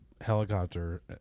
helicopter